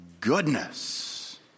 goodness